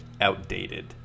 outdated